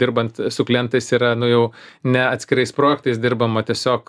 dirbant su klientais yra nu jau ne atskirais projektais dirbama tiesiog